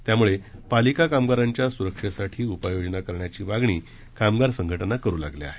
त्यामुळे पालिका कामगारांच्या सुरक्षेसाठी उपाययोजना करण्याची मागणी कामगार संघटना करू लागल्या आहेत